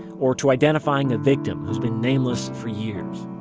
or to identifying a victim who has been nameless for years